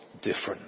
different